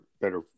better